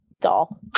doll